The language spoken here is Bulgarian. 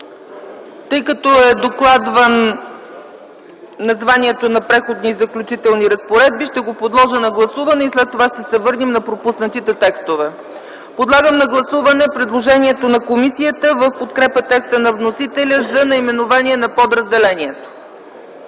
Тъй като е докладвано названието на „Преходни и заключителните разпоредби”, ще го подложа на гласуване и след това ще се върнем на пропуснатите текстове. Моля да гласуваме предложението на комисията в подкрепа текста на вносителя за наименование на подразделението.